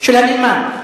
של הנאמן?